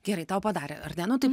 gerai tau padarė ar ne nu tai